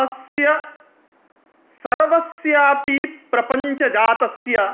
अस्य सर्वस्यापि प्रपञ्चजातस्य